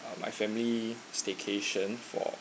um my family staycation for